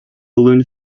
balloon